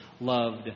loved